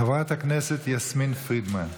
חברת הכנסת יסמין פרידמן,